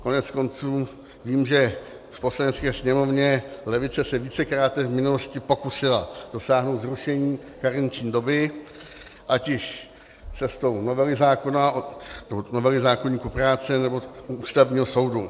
Koneckonců vím, že v Poslanecké sněmovně levice se vícekráte v minulosti pokusila dosáhnout zrušení karenční doby, ať již cestou novely zákona, novely zákoníku práce, nebo u Ústavního soudu.